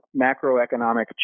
macroeconomic